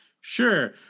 Sure